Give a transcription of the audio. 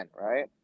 right